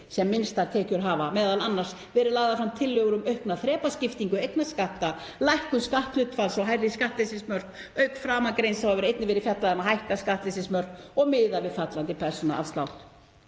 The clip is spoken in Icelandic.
sem minnstar tekjur hafa, m.a. verið lagðar fram tillögur um aukna þrepaskiptingu eignarskatta, lækkun skatthlutfalls og hærri skattleysismörk. Auk framangreinds hefur einnig verið fjallað um að hækka skattleysismörk og miða við fallandi persónuafslátt.